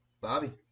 Bobby